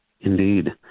Indeed